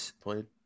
played